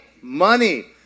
money